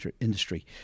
industry